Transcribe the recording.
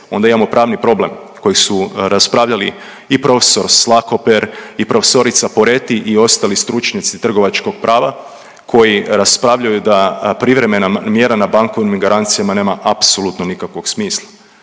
onda imamo pravni problem kojeg su raspravljali i prof. Slakoper i profesorica Poreti i ostali stručnjaci trgovačkog prava koji raspravljaju da privremena mjera na bankovnim garancijama nema apsolutno nikakvog smisla